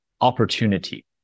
opportunity